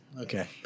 Okay